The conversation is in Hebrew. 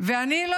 היא מטמרה במקור.